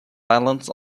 islands